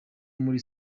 muri